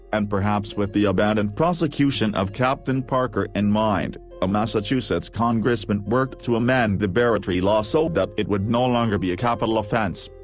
and perhaps with the abandoned prosecution of capt. and parker in mind, a massachusetts congressman worked to amend the barratry law so that it would no longer be a capital offense.